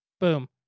Boom